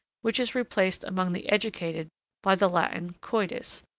which is replaced among the educated by the latin coitus,